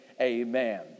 Amen